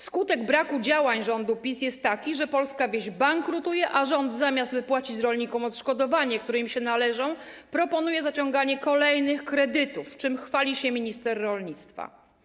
Skutek braku działań rządu PiS jest taki, że polska wieś bankrutuje, a rząd, zamiast wypłacić rolnikom odszkodowania, które im się należą, proponuje zaciąganie kolejnych kredytów, czym chwali się minister rolnictwa.